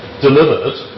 delivered